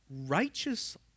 Righteous